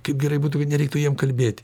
kaip gerai būtų nereiktų jiem kalbėti